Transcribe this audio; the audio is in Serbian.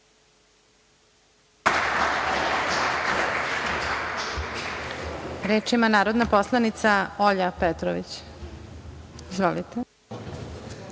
Reč ima narodna poslanica Olja Petrović. Izvolite.